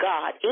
God